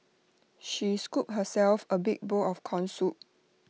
she scooped herself A big bowl of Corn Soup